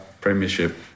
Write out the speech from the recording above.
Premiership